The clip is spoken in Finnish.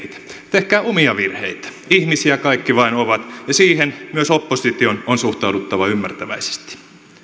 tehkää omia virheitä ihmisiä kaikki vain ovat ja siihen myös opposition on suhtauduttava ymmärtäväisesti